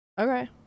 okay